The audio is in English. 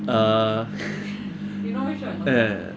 uh ya uh